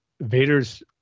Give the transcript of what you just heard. Vader's